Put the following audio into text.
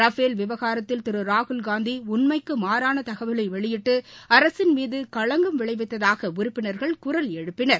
Rafale விவகாரத்தில் திரு ராகுல்காந்தி உண்மைக்கு மாறான தகவலை வெளியிட்டு அரசின் மீது களங்கம் விளைவித்தாக உறுப்பினர்கள் குரல் எழுப்பினர்